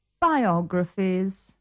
biographies